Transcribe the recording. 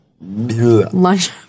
Lunch